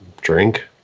Drink